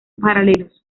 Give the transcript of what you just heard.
paralelos